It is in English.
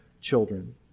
children